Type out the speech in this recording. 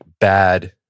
bad